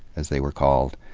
as they were called,